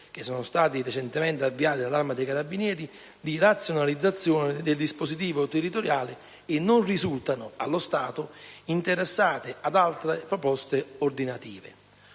dei progetti, recentemente avviati dall'Arma dei carabinieri, di razionalizzazione del dispositivo territoriale e non risultano, allo stato, interessate da altre proposte ordinative;